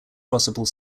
possible